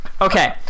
Okay